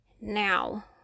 Now